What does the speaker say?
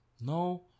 No